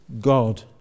God